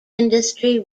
industry